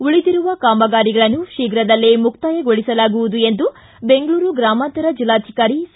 ಉಳಿದಿರುವ ಕಾಮಗಾರಿಗಳನ್ನು ಶೀಘದಲ್ಲೇ ಮುಕ್ತಾಯಗೊಳಿಸಲಾಗುವುದು ಎಂದು ಬೆಂಗಳೂರು ಗ್ರಾಮಾಂತರ ಜಿಲ್ಲಾಧಿಕಾರಿ ಸಿ